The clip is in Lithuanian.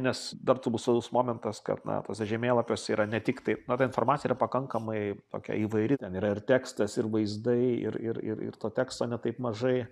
nes dar turbūt svarus momentas kad na tuose žemėlapiuose yra ne tiktai na ta informacija yra pakankamai tokia įvairi ten yra ir tekstas ir vaizdai ir ir ir ir to teksto ne taip mažai